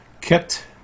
kept